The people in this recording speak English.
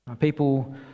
people